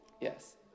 Yes